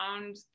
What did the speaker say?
found